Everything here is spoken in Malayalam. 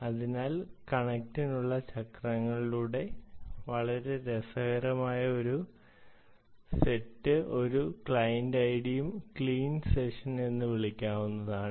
അതിനാൽ ഒരു കണക്റ്റിനുള്ള സൈക്ലിന്റെ വളരെ രസകരമായ ഒരു സെറ്റ് ഒരു ക്ലയന്റ് ഐഡിയും ക്ലീൻ സെഷൻ എന്ന് വിളിക്കപ്പെടുന്നതുമാണ്